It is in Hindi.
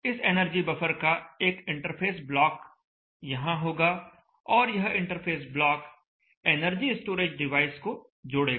इस एनर्जी बफर का एक इंटरफ़ेस ब्लॉक यहां होगा और यह interface block energy storage device को जोड़ेगा